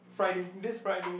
Friday this Friday